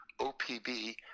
OPB